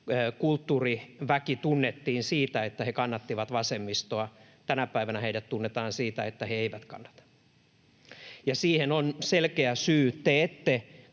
kulttuuriväki tunnettiin siitä, että he kannattivat vasemmistoa. Tänä päivänä heidät tunnetaan siitä, että he eivät kannata. Ja siihen on selkeä syy: te ette